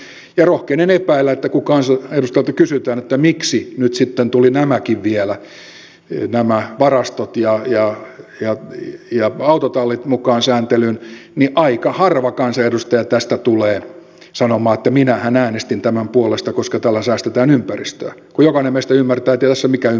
ja rohkenen epäillä että kun kansanedustajalta kysytään että miksi nyt sitten tulivat nämäkin vielä nämä varastot ja autotallit mukaan sääntelyyn niin aika harva kansanedustaja tästä tulee sanomaan että minähän äänestin tämän puolesta koska tällä säästetään ympäristöä kun jokainen meistä ymmärtää ettei tämä ole mikään ympäristösäästö